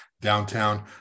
downtown